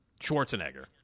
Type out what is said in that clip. Schwarzenegger